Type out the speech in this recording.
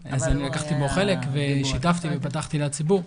אני לקחתי בו חלק, שיתפתי ופתחתי לציבור.